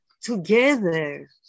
together